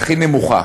הכי נמוכה